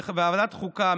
בוועדת חוקה,